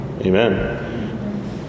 Amen